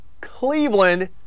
Cleveland